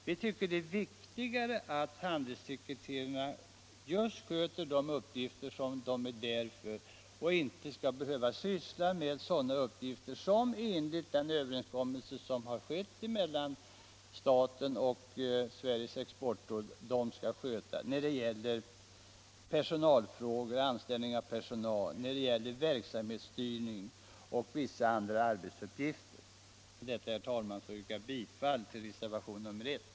Vi tycker att det är viktigare att handelssekreterarna sköter just de uppgifter de är tillsatta för enligt den överenskommelse som har träffats mellan staten och Sveriges exportråd, och ej personalfrågor, rekrytering, verksamhetsstyrning och vissa sådana arbetsuppgifter. Jag ber, herr talman, att få yrka bifall till reservationen 1.